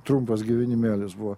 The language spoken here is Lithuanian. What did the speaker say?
trumpas gyvenimėlis buvo